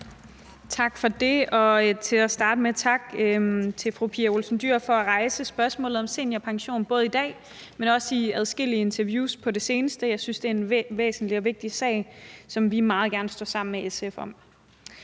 Tak for det, og til at starte med tak til fru Pia Olsen Dyhr for at rejse spørgsmålet om seniorpension, både i dag, men også i adskillige interviews på det seneste. Jeg synes, det er en væsentlig og vigtig sag, som vi meget gerne står sammen med SF om.